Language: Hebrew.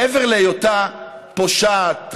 מעבר להיותה פושעת,